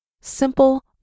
simple